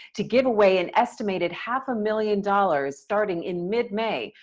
to give away an estimated half a million dollars, starting in mid may.